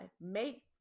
make